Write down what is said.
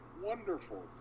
Wonderful